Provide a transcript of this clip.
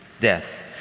Death